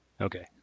Okay